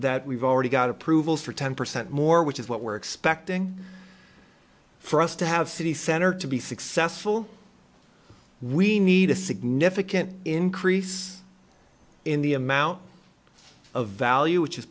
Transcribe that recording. that we've already got approvals for ten percent more which is what we're expecting for us to have city center to be successful we need a significant increase in the amount of value which is